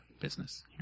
business